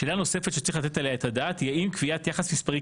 שאלה נוספת שצריך לתת עליה את הדעת היא האם קביעת יחס מספרי